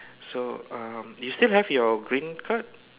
so um you still have your green card